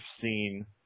seen –